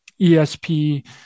ESP